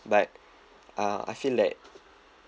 but uh I feel that